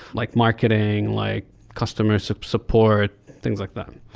like marketing, like customer so support, things like that.